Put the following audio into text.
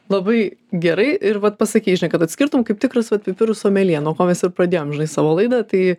labai gerai ir vat pasakei žinai kad atskirtum kaip tikras vat pipirų someljė nuo ko mes ir pradėjom žinai savo laidą tai